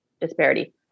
disparity